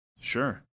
sure